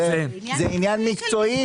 זה עניין מקצועי.